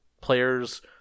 players